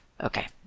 Okay